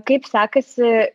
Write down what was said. kaip sekasi